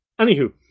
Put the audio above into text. Anywho